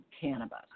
cannabis